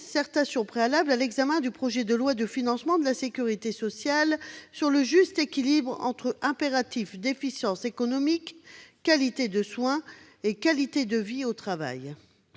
concertation préalable à l'examen du projet de loi de financement de la sécurité sociale sur le juste équilibre entre impératif d'efficience économique, qualité de soins et qualité de vie au travail.